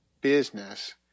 business